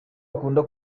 akunda